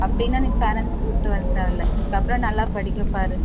அப்படினா நீ பேரண்ட்சை கூட்டி வர தேவயில்ல இதுக்கப்றம் நல்லா படிக்க பாரு